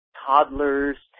toddlers